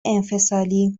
انفصالی